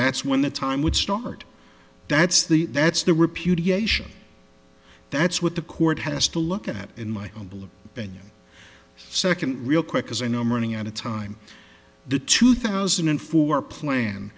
that's when the time would start that's the that's the repudiation that's what the court has to look at in my humble opinion second real quick as i know i'm running out of time the two thousand and four plan